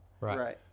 right